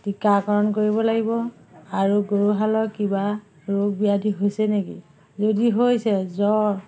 টীকাকৰণ কৰিব লাগিব আৰু গৰুহালৰ কিবা ৰোগ ব্যাধি হৈছে নেকি যদি হৈছে জ্বৰ